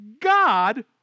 God